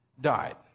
died